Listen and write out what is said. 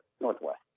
northwest